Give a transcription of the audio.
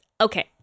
Okay